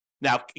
Now